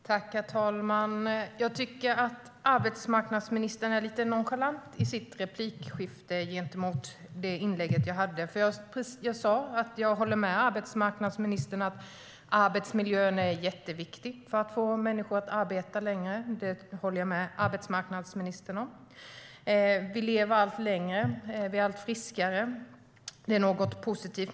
Herr talman! Jag tycker att arbetsmarknadsministern är lite nonchalant i sitt inlägg mot det som jag tog upp. Jag sa att jag håller med arbetsmarknadsministern om att arbetsmiljön är jätteviktig för att få människor att arbeta längre. Vi lever allt längre, och vi är allt friskare. Det är något positivt.